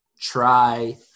try